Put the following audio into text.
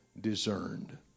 discerned